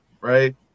right